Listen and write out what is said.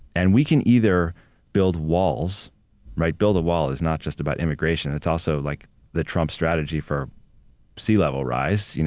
and we can either build walls build a wall is not just about immigration, it's also like the trump strategy for sea level rise. you know